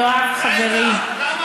יואב, חברי.